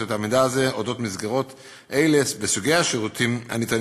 את המידע על מסגרות אלה וסוגי השירותים הניתנים